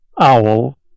Owl